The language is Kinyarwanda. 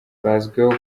bazwiho